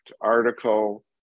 article